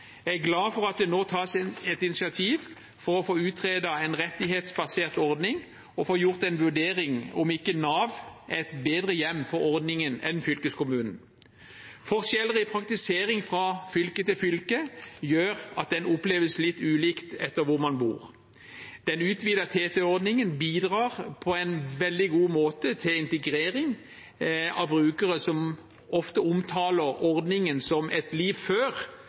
Jeg er glad for at det nå tas et initiativ for å få utredet en rettighetsbasert ordning og få gjort en vurdering av om ikke Nav er et bedre hjem for ordningen enn fylkeskommunen. Forskjeller i praktisering fra fylke til fylke gjør at den oppleves litt ulikt ut fra hvor man bor. Den utvidede TT-ordningen bidrar på en veldig god måte til integrering av brukere som ofte omtaler ordningen som et liv før